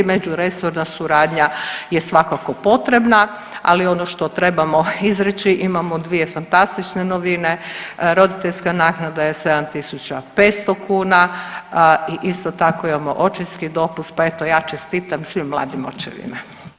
Međuresorna suradnja je svakako potrebna, ali ono što trebamo izreći imamo dvije fantastične novine, roditeljska naknada je 7.500 kuna i isto tako imamo očinski dopust, pa eto ja čestitam svim mladim očevima.